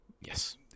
yes